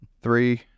Three